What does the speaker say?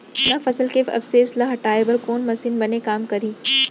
जुन्ना फसल के अवशेष ला हटाए बर कोन मशीन बने काम करही?